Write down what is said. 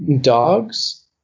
Dogs